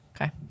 Okay